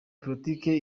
politiki